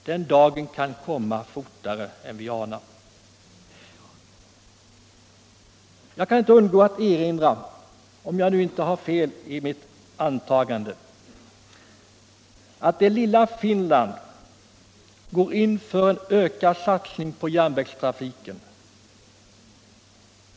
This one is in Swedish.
Den dagen kan komma fortare än vi anar. Jag kan inte undgå att erinra — om jag inte har fel i mitt antagande — om att det lilla Finland går in för en ökad satsning på järnvägstrafiken.